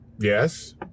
Yes